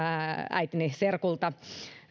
äitini serkulta